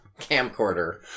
Camcorder